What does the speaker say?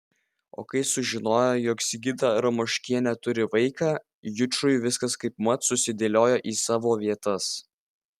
o kai sužinojo jog sigita ramoškienė turi vaiką jučui viskas kaipmat susidėliojo į savo vietas